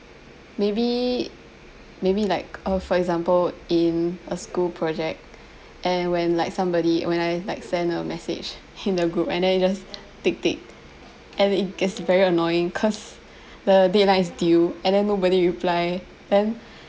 maybe maybe like uh for example in a school project and when like somebody when I like send a message in the group and then it just tick tick and it gets very annoying cause the deadline is due and then nobody reply then